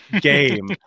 game